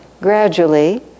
gradually